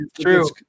true